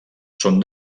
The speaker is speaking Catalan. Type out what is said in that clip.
són